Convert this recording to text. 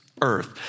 earth